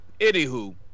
Anywho